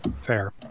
Fair